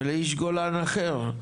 ולאיש גולן אחר,